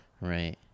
Right